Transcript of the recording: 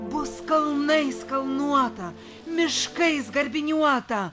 bus kalnais kalnuota miškais garbiniuota